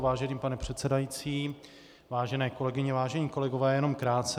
Vážený pane předsedající, vážené kolegyně, vážení kolegové, jenom krátce.